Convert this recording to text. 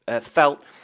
felt